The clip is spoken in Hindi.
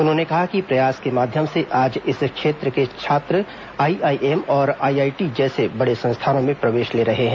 उन्होंने कहा कि प्रयास के माध्यम से आज इस क्षेत्र के छात्र आईआईएम और आईआईटी जैसे बड़े संस्थानों में प्रवेश ले रहे हैं